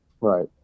right